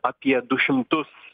apie du šimtus